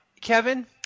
Kevin